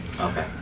Okay